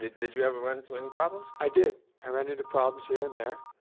did did you ever run into any problems? i did. i ran into problems here and there.